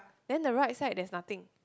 then the right side there's nothing